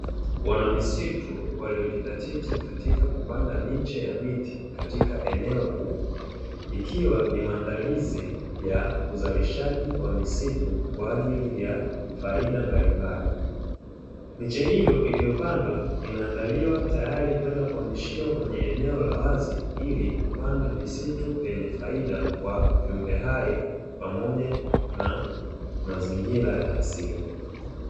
Wanamisitu waliojizatiti katika kupanda miche ya miti katika eneo kubwa, ikiwa ni maandalizi ya uzalishaji wa misitu kwa ajili ya faida mbalimbali, miche hiyo iliyopandwa inaandaliwa tayari kwenda kuhamishiwa kwenye eneo la wazi ili kupanda misitu yenye faida kwa viumbe hai pamoja na mazingira ya asili.